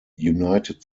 united